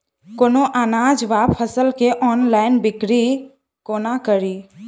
कोनों अनाज वा फसल केँ ऑनलाइन बिक्री कोना कड़ी?